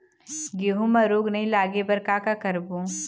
गेहूं म रोग नई लागे बर का का करबो?